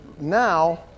now